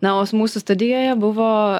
na o mūsų studijoje buvo